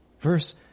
Verse